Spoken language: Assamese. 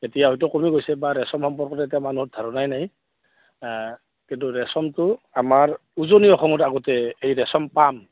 এতিয়া হয়তো কমি গৈছে বা ৰেচম সম্পৰ্কত এতিয়া মানুহৰ ধাৰণাই নাই কিন্তু ৰেচমটো আমাৰ উজনি অসমত আগতে এই ৰেচম পাম